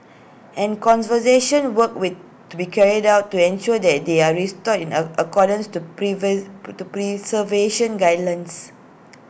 and conservation work will to be carried out to ensure that they are restored in accordance to pre to preservation guidelines